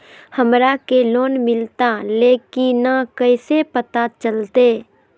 हमरा के लोन मिलता ले की न कैसे पता चलते?